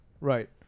Right